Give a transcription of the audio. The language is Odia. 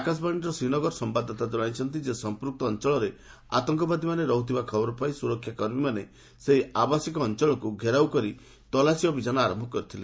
ଆକାଶବାଣୀର ଶ୍ରୀନଗର ସମ୍ବାଦଦାତା ଜଣାଇଛନ୍ତି ଯେ ସମ୍ପକ୍ତ ଅଞ୍ଚଳରେ ଆତଙ୍କବାଦୀମାନେ ରହୁଥିବା ଖବର ପାଇ ସୁରକ୍ଷାକର୍ମୀମାନେ ସେହି ଆବାସିକ ଅଞ୍ଚଳକୁ ଘେରାଉ କରି ତଲାସୀ ଅଭିଯାନ ଆରମ୍ଭ କରିଥିଲେ